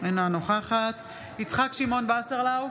אינה נוכחת יצחק שמעון וסרלאוף,